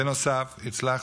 בנוסף הצלחנו,